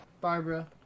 Barbara